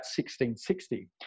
1660